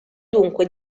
dunque